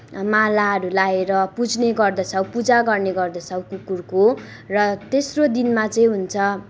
मालाहरू लगाएर पुज्ने गर्दछौँ पूजा गर्ने गर्दछौँ कुकुरको र तेस्रो दिनमा चाहिँ हुन्छ